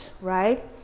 right